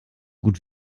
gut